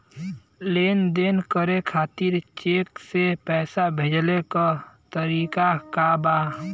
लेन देन करे खातिर चेंक से पैसा भेजेले क तरीकाका बा?